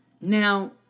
Now